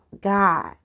God